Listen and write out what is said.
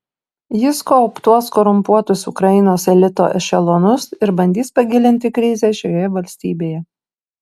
jis kooptuos korumpuotus ukrainos elito ešelonus ir bandys pagilinti krizę šioje valstybėje